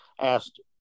asked